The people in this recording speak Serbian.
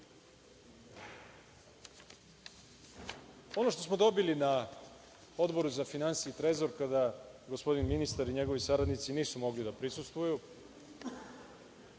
što smo dobili na Odboru za finansije i trezor kada gospodin ministar i njegovi saradnici nisu mogli da prisustvuju,